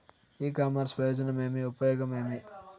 ఇ commerce ప్రయోజనం ఏమి? ఉపయోగం ఏమి?